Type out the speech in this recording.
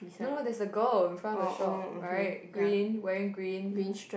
no no there's a girl in front of the shop right green wearing green